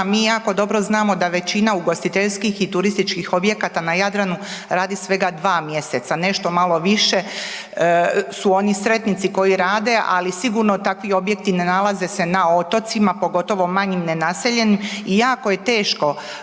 mi jako dobro znamo da većina ugostiteljskih i turistički objekata na Jadranu radi svega 2 mjeseca, nešto malo više su oni sretnici koji rade, ali sigurno takvi objekti ne nalaze se na otocima pogotovo manjim nenaseljenim i jako je teško